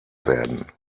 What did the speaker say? werden